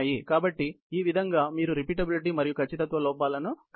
కాబట్టి ఈ విధంగా మీరు రిపీటబిలిటీ మరియు అక్క్యురసీ లోపాలను ప్లాట్ చేస్తారు